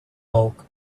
bulk